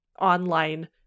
online